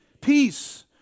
Peace